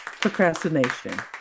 procrastination